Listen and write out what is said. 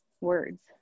Words